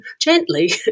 gently